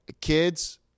Kids